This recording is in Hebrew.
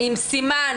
עם סימן